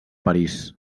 parís